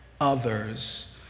others